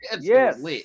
Yes